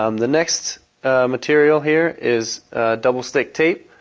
um the next material here is a double stick tape,